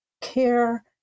Care